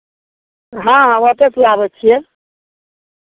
हँ हँ ओतहिसँ लाबै छियै